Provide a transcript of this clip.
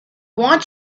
want